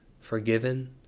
forgiven